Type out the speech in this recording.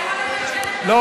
חבר הכנסת רז,